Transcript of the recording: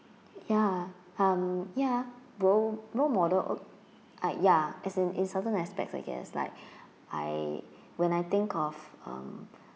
ya um ya role role model ah ya as in in certain aspects I guess like I when I think of um